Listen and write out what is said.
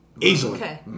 Easily